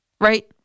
Right